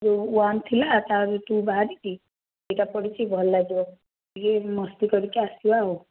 ଯୋଉ ୱାନ୍ ଥିଲା ତା ଭିତରୁ ବାହରିକି ଏଇଟା ପଡ଼ିଛି ଭଲଲାଗିବ ଟିକେ ମସ୍ତି କରିକି ଆସିବା ଆଉ